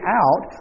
out